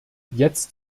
jetzt